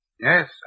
Yes